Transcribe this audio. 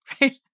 right